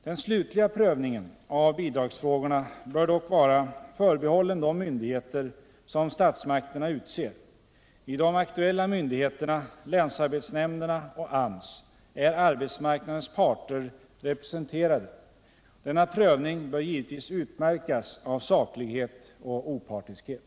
Den slutliga prövningen av bidragsfrågorna bör dock vara förbehållen de myndigheter som statsmakterna utser. I de aktuella myndigheterna — länsarbetsnämnden och AMS — är arbetsmarknadens parter representerade. Denna prövning bör givetvis utmärkas av saklighet och opartiskhet.